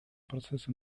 процессы